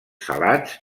salats